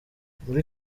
muri